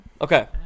Okay